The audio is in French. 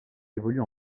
évolue